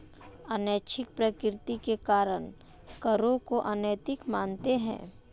अनैच्छिक प्रकृति के कारण करों को अनैतिक मानते हैं